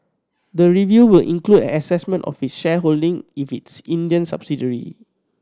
the review will include assessment of its shareholding if its Indian subsidiary